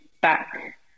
back